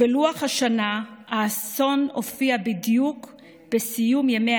בלוח השנה האסון הופיע בדיוק בסיום ימי